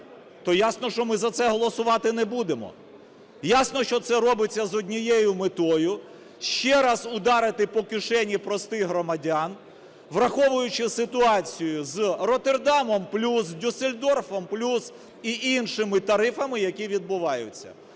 то ясно, що ми за це голосувати не будемо. Ясно, що це робиться з однією метою: ще раз ударити по кишені простих громадян, враховуючи ситуацію з "Роттердамом плюс", "Дюссельдорфом плюс" і іншими тарифами, які відбуваються.